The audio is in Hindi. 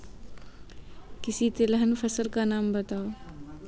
किसी तिलहन फसल का नाम बताओ